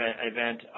event